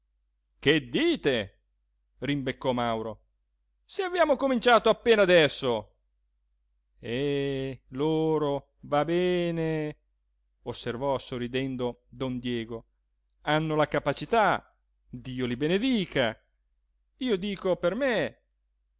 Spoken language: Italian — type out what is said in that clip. che dite rimbeccò mauro se abbiamo cominciato appena adesso eh loro va bene osservò sorridendo don diego hanno la capacità dio li benedica io dico per me